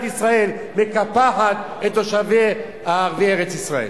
ישראל מקפחת את התושבים ערביי ארץ-ישראל.